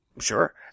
Sure